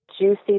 juicy